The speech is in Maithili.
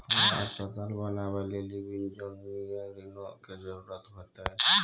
हमरा अस्पताल बनाबै लेली वाणिज्यिक ऋणो के जरूरत होतै